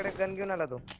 than you know the